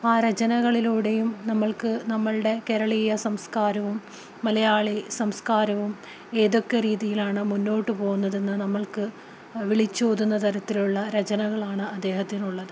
ആ രചനകളിലൂടെയും നമുക്ക് നമ്മുടെ കേരളീയ സംസ്കാരവും മലയാളി സംസ്കാരവും ഏതൊക്കെ രീതിയിലാണ് മുന്നോട്ട് പോകുന്നതെന്ന് നമുക്ക് വിളിച്ചോതുന്ന തരത്തിലുള്ള രചനകളാണ് അദ്ദേഹത്തിനുള്ളത്